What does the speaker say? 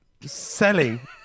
Selling